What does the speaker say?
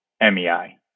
MEI